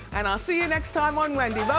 and i'll see you next time on wendy, and